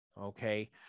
okay